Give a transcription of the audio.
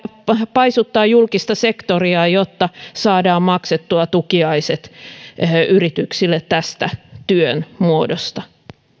paisuttaa julkista sektoria jotta saadaan maksettua tukiaiset yrityksille tästä työn muodosta